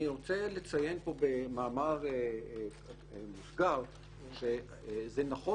אני רוצה לציין במאמר מוסגר שזה נכון